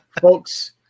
Folks